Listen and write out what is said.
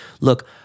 Look